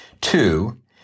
Two